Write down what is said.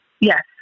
Yes